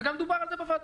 וגם דובר על זה בוועדה.